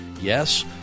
yes